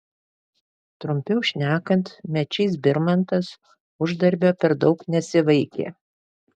trumpiau šnekant mečys birmantas uždarbio per daug nesivaikė